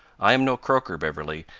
i am no croaker, beverley,